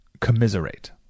commiserate